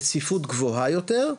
בצפיפות גבוהה יותר,